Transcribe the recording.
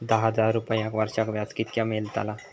दहा हजार रुपयांक वर्षाक व्याज कितक्या मेलताला?